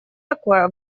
такое